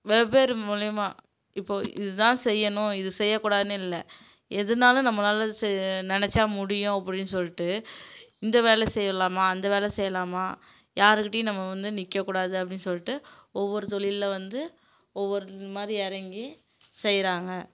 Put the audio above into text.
வெவ்வேறு மூலியமா இப்போ இது தான் செய்யணும் இது செய்யக்கூடாதுன்னு இல்லை எதுனாலும் நம்ம நல்லது செய்ய நினச்சா முடியும் அப்படின்னு சொல்லிட்டு இந்த வேலை செய்யலாமா அந்த வேலை செய்யலாமா யாருகிட்டயும் நம்ம வந்து நிற்கக்கூடாது அப்படின்னு சொல்லிட்டு ஒவ்வொரு தொழிலில் வந்து ஒவ்வொரு மாதிரி இறங்கி செய்யறாங்க